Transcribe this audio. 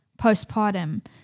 postpartum